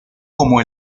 como